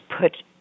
put